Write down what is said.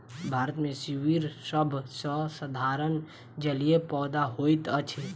भारत मे सीवर सभ सॅ साधारण जलीय पौधा होइत अछि